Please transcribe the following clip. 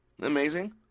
Amazing